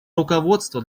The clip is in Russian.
руководство